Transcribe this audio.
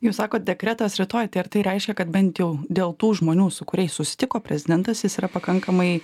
jūs sakot dekretas rytoj tai ar tai reiškia kad bent jau dėl tų žmonių su kuriais susitiko prezidentas jis yra pakankamai